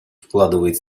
вкладывает